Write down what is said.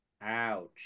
ouch